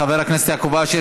חבר הכנסת יעקב אשר,